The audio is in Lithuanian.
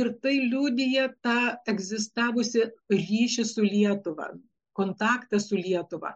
ir tai liudija tą egzistavusį ryšį su lietuva kontaktą su lietuva